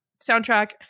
soundtrack